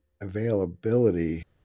availability